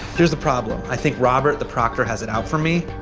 here's the problem, i think robert the proctor has it out for me.